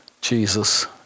Jesus